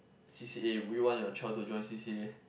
C_C_A would you want your child to join C_C_A